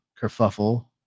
kerfuffle